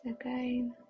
again